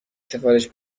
سفارش